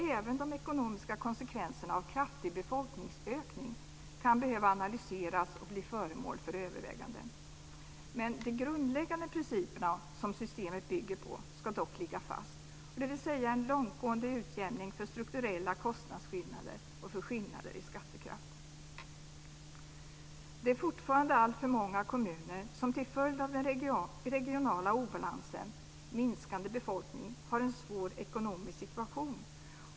Även de ekonomiska konsekvenserna av kraftig befolkningsökning kan behöva analyseras och bli föremål för överväganden. De grundläggande principerna som systemet bygger på ska dock ligga fast, dvs. en långtgående utjämning för strukturella kostnadsskillnader och för skillnader i skattekraft. Det är fortfarande alltför många kommuner som till följd av den regionala obalansen - minskande befolkning - har en svår ekonomisk situation.